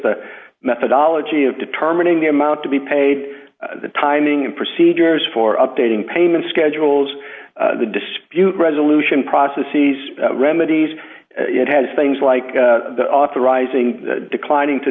the methodology of determining the amount to be paid the timing and procedures for updating payment schedules the dispute resolution process sees remedies it has things like the authorizing declining to